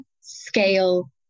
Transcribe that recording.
scale